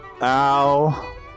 Ow